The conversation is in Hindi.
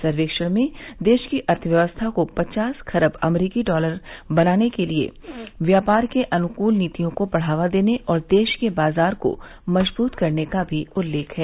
सर्वेक्षण में देश की अर्थव्यवस्था को पचास खरब अमरीकी डॉलर का बनाने के लिए व्यापार के अनुकूल नीतियों को बढ़ावा देने और देश के बाजार को मजबूत करने का भी उल्लेख है